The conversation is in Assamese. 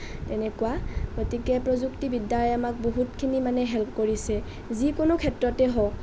তেনেকুৱা গতিকে প্ৰযুক্তিবিদ্যাই আমাক বহুতখিনি মানে হেল্প কৰিছে যিকোনো ক্ষেত্ৰতে হওঁক